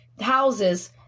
houses